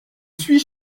suis